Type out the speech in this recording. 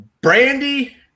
Brandy